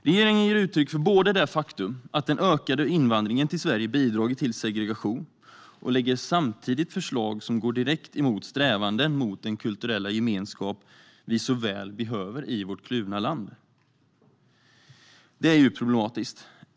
Regeringen ger uttryck för det faktum att den ökade invandringen till Sverige bidragit till segregation samtidigt som man lägger fram förslag som går i direkt motsatt riktning mot strävandena för den kulturella gemenskap vi så väl behöver i vårt kluvna land. Det är djupt problematiskt.